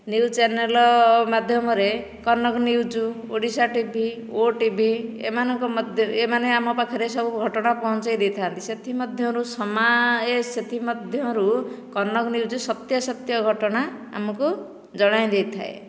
news channel ମାଧ୍ୟମରେ Kanak news Odisha T V O T V ଏମାନଙ୍କ ମଧ୍ୟ ଏମାନେ ଆମ ପାଖରେ ସବୁ ଘଟଣା ପହଞ୍ଚାଇ ଦେଇଥାନ୍ତି ସେଥିମଧ୍ୟରୁ ସମା ଏସ୍ ସେଥିମଧ୍ୟରୁ କନକ ନ୍ୟୁଜ୍ ସତ୍ୟ ସତ୍ୟ ଘଟଣା ଆମକୁ ଜଣାଇ ଦେଇଥାଏ